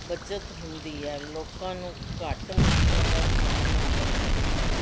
ਬੱਚਤ ਹੁੰਦੀ ਹੈ ਲੋਕਾਂ ਨੂੰ ਘੱਟ ਮੁਸ਼ਕਲਾਂ ਦਾ ਸਾਹਮਣਾ ਕਰਨਾ ਪੈਂਦਾ